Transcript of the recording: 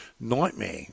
nightmare